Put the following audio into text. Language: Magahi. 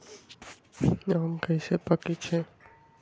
आम कईसे पकईछी?